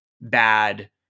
bad